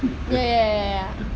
ya ya ya ya ya